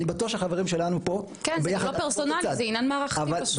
אני בטוח שהחברים שלנו פה, ביחד, אנחנו באותו צד.